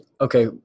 okay